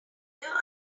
here